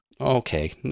Okay